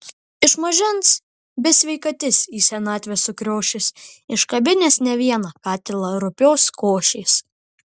iš mažens besveikatis į senatvę sukriošęs iškabinęs ne vieną katilą rupios košės